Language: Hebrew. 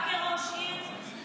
גם כראש עיר,